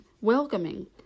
welcoming